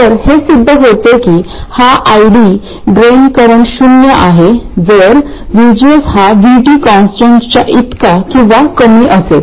तर हे सिद्ध होते की हा ID ड्रेन करंट शून्य आहे जर VGS हा V T कॉन्स्टंटच्या इतका किंवा कमी असेल